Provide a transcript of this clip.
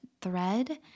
thread